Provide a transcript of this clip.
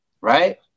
right